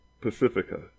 Pacifica